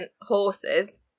horses